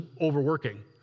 overworking